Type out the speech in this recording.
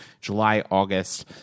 July-August